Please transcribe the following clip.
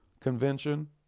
convention